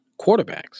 quarterbacks